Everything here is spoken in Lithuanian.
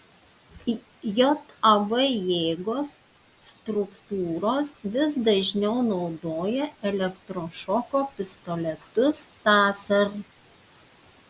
jav jėgos struktūros vis dažniau naudoja elektrošoko pistoletus taser